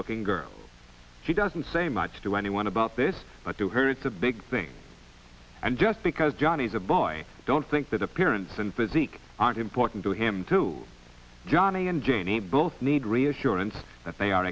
looking girl she doesn't say much to anyone about this but to her it's a big thing and just because johnny's a boy i don't think that appearance and physique aren't important to him to johnny and janie both need reassurance that they are